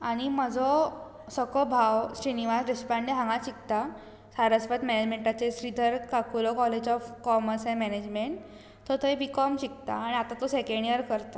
आनी म्हजो सखो भाव श्रीनवास देशपाडें हांगाच शिकता सारस्वत मेनेजमेटांचे Shridhar Kakulo college of commerce and management तो थंय बिकॉम शिकता आनी आतां तो सॅकेंड इयर करता